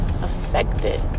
affected